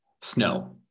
Snow